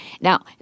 Now